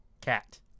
Cat